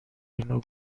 اینو